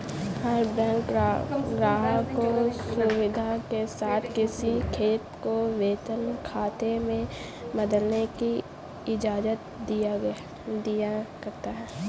हर bank ग्राहक को सुविधा के साथ किसी खाते को वेतन खाते में बदलने की इजाजत दिया करता है